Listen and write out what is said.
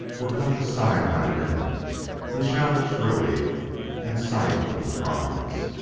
were cuffed aside by women who shouted shrilly at sight of the prize.